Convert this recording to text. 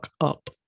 up